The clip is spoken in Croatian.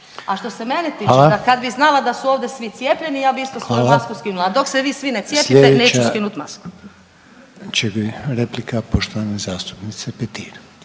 A što se mene tiče da kad bi znala da su ovdje svi cijepljeni ja bih isto svoju masku skinula. Dok se vi svi ne cijepite neću skinuti masku. **Reiner, Željko (HDZ)** Hvala.